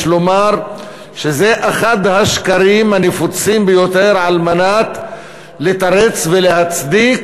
יש לומר שזה אחד השקרים הנפוצים ביותר על מנת לתרץ ולהצדיק